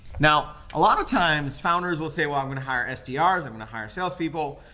now, a lot of times founders will say, well, i'm gonna hire sdrs. i'm gonna hire salespeople.